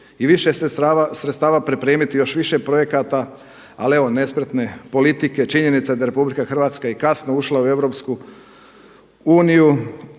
i više sredstava, pripremiti još više projekata, ali evo nespretne politike, činjenica da RH je kasno ušla u EU te